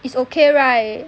is okay right